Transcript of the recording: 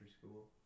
school